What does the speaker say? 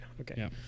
Okay